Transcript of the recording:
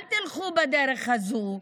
אל תלכו בדרך הזו.